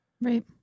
Right